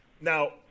now